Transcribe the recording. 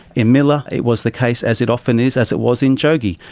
in miller it was the case, as it often is, as it was in jogee.